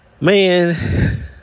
Man